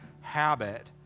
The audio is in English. habit